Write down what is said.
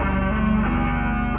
and